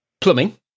plumbing